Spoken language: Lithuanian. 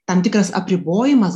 tam tikras apribojimas